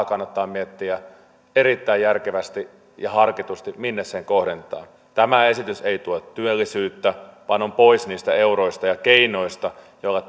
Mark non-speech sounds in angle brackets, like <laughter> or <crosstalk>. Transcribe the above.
<unintelligible> kannattaa miettiä erittäin järkevästi ja harkitusti minne sen rahan kohdentaa tämä esitys ei tue työllisyyttä vaan on pois niistä euroista ja keinoista joilla <unintelligible>